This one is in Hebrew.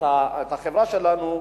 על החברה שלנו,